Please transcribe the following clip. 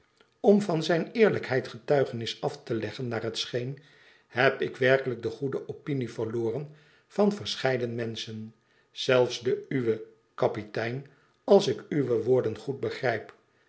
om van zijne eerlijkheid getuigenis af te leggen naar het scheen heb ik werkelijk de goede opinie verloren van verscheiden menschen zelfs de uwe kapitein als ik uwe woorden goed begrijp